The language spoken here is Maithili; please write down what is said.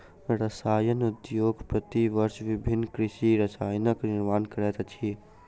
रसायन उद्योग प्रति वर्ष विभिन्न कृषि रसायनक निर्माण करैत अछि